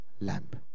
lamp